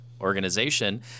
organization